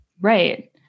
Right